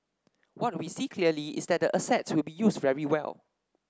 what we see clearly is that the asset will be used very well